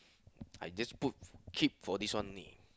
I just put cheap for this one only